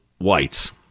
whites